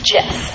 Jess